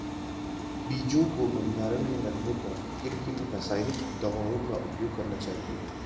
बीजों को भंडारण में रखने पर किन किन रासायनिक दावों का उपयोग करना चाहिए?